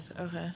Okay